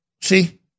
See